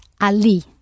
ali